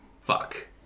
Fuck